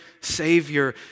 Savior